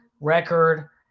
record